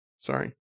Sorry